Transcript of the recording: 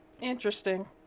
Interesting